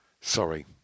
Sorry